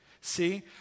See